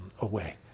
away